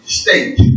state